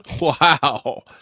Wow